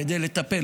כדי לטפל,